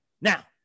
Now